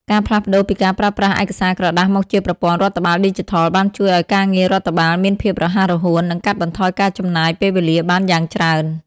ការផ្លាស់ប្តូរពីការប្រើប្រាស់ឯកសារក្រដាសមកជាប្រព័ន្ធរដ្ឋបាលឌីជីថល បានជួយឱ្យការងាររដ្ឋបាលមានភាពរហ័សរហួន និងកាត់បន្ថយការចំណាយពេលវេលាបានយ៉ាងច្រើន។